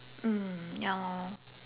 mm ya lor